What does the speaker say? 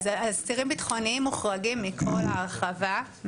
אסירים ביטחוניים מוחרגים מכל ההרחבה.